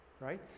right